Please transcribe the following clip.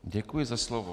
Děkuji za slovo.